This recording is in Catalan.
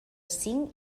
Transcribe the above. cinc